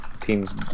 team's